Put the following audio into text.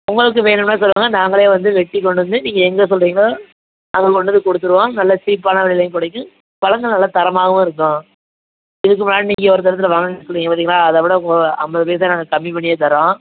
உங்களுக்கு வேணும்னால் சொல்லுங்கள் நாங்களே வந்து வெட்டிக் கொண்டு வந்து நீங்கள் எங்கே சொல்கிறீங்களோ அங்கேக் கொண்டு வந்துக் கொடுத்துருவோம் நல்ல சீப்பான விலையிலையும் கிடைக்கும் பழங்களும் நல்லாத் தரமாகவும் இருக்கும் இதுக்கு முன்னாடி நீங்கள் ஒருத்தர்க் கிட்டே வாங்கினேன்னு சொன்னீங்கப் பார்த்தீங்களா அதைவிட ஐம்பது பைசா நாங்கள் கம்மி பண்ணியேத் தர்றோம்